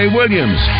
Williams